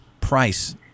price